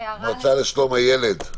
מהמועצה לשלום הילד, בבקשה.